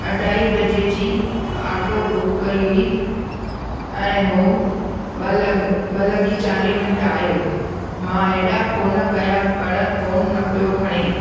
अढाई बजे जी ऑटो बुक कई हुई ऐं उहो ॿ लॻी ॿ लॻी चालीह मिंट आयो मां एॾा फ़ोन कयां पर फ़ोनु न पियो खणे